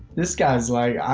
this guy's like,